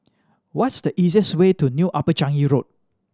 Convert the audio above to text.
what's the easiest way to New Upper Changi Road